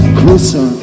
closer